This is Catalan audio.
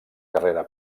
carrera